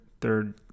third